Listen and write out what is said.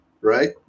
right